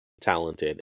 talented